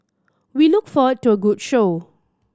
we look forward to a good show